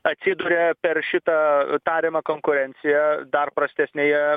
atsiduria per šitą tariamą konkurenciją dar prastesnėje